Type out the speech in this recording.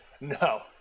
No